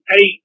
eight